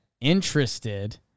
Interested